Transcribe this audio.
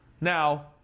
Now